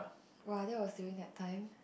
!wow! that was during that time